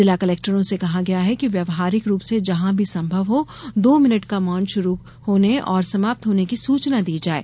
जिला कलेक्टरों से कहा गया है कि व्यवहारिक रूप से जहाँ भी संभव हो दो मिनिट का मौन शुरू होने और समाप्त होने की सूचना दी जाये